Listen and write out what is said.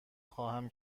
خواهم